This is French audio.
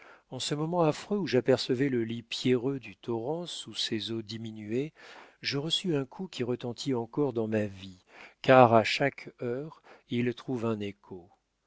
en ce moment affreux où j'apercevais le lit pierreux du torrent sous ses eaux diminuées je reçus un coup qui retentit encore dans ma vie car à chaque heure il trouve un écho